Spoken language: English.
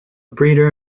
breeder